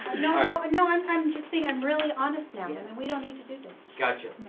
no, and no, i'm i'm just thinking. i'm really honest now. we don't need to do this. got you.